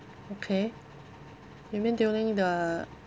okay you mean during the